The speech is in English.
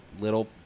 little